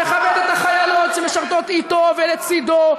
הוא מכבד את החיילות שמשרתות אתו ולצדו.